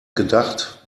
gedacht